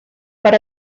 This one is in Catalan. per